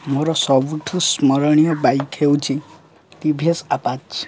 ମୋର ସବୁଠୁ ସ୍ମରଣୀୟ ବାଇକ୍ ହେଉଛି ଟି ଭି ଏସ୍ ଆପାଜ୍